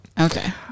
Okay